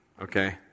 Okay